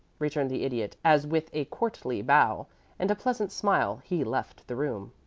returned the idiot, as with a courtly bow and a pleasant smile he left the room.